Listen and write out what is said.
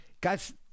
guys